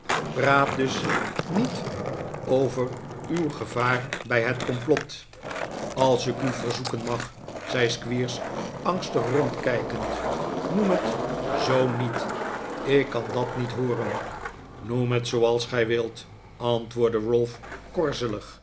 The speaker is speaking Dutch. praat dus niet over uw gevaar bij het complot als ik u verzoeken mag zei squeers angstig rondkijkend noem het zoo niet ik kan dat niet hooren noem het zooals gij wilt antwoordde